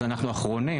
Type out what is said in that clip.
אז אנחנו אחרונים.